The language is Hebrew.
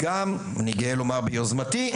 והייתי רוצה לשמוע את הצד שלכם,